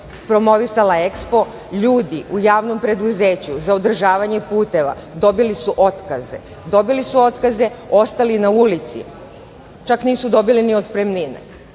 promovisala EKSPO ljudi u javnom preduzeću za održavanje puteva dobili su otkaze. Dobili su otkaze, ostali na ulici, čak nisu dobili ni otpremnine